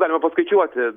galima paskaičiuoti